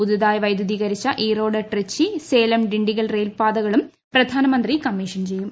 പുതുതായി വൈദ്യൂതീകരിച്ച ഈറോഡ് ട്രിച്ചി സേലം ഡിണ്ടിഗൽ റെയിൽപാതകളും പ്രധാനമന്ത്രി കമ്മീഷൻ ചെയ്യും